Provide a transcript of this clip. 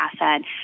asset